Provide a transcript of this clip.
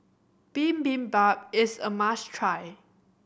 bibimbap is a must try